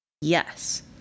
Yes